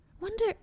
Wonder